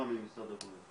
ברק שפירא, משרד הבריאות.